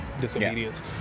disobedience